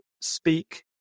speak